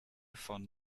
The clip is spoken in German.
von